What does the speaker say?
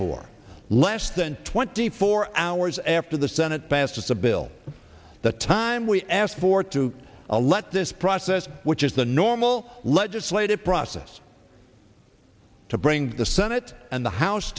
for less than twenty four hours after the senate passes a bill that time we asked for to a let this process which is the normal legislative process to bring the senate and the house